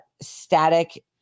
static